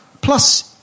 Plus